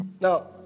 now